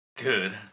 good